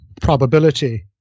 probability